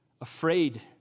afraid